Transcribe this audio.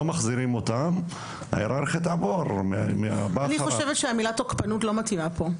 מחזירים אותם ההיררכיה תעבור להבא אחריו.